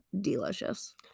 delicious